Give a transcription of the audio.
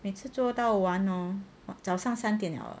每次做到完 lor 早上三点 liao